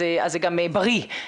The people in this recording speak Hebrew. אז זה גם בריא,